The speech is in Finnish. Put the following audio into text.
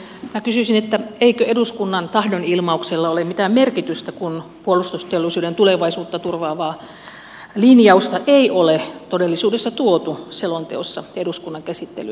minä kysyisin eikö eduskunnan tahdonilmauksella ole mitään merkitystä kun puolustusteollisuuden tulevaisuutta turvaavaa linjausta ei ole todellisuudessa tuotu selonteossa eduskunnan käsittelyyn